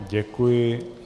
Děkuji.